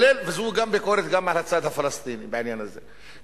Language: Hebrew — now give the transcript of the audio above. וזו ביקורת גם על הצד הפלסטיני בעניין הזה,